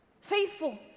Faithful